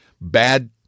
Bad